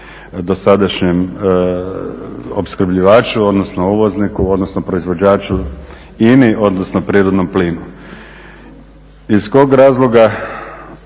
do sadašnjem opskrbljivaču odnosno uvozniku, odnosno proizvođaču INA-i, odnosno prirodnom plinu. Iz kog razloga